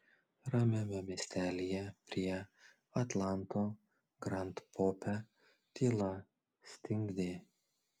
ramiame miestelyje prie atlanto grand pope tyla stingdė